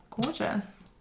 Gorgeous